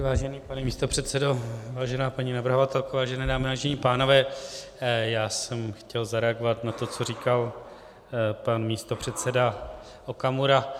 Vážený pane místopředsedo, vážená paní navrhovatelko, vážené dámy, vážení pánové, já jsem chtěl zareagovat na to, co říkal pan místopředseda Okamura.